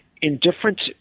indifferent